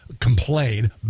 complain